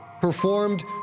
performed